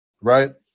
right